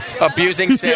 Abusing